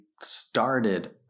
started